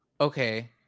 Okay